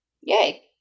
Yay